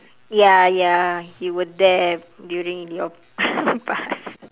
ya ya you were there during your past